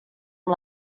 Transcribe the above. amb